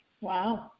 Wow